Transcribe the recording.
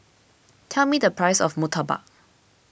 tell me the price of Murtabak